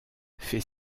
fait